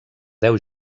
deu